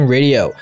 Radio